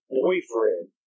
boyfriend